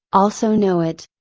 also know it.